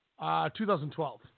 2012